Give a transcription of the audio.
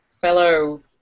fellow